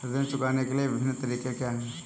ऋण चुकाने के विभिन्न तरीके क्या हैं?